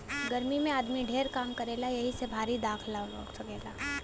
गर्मी मे आदमी ढेर काम करेला यही से भारी दाल खा सकेला